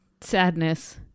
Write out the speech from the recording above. Sadness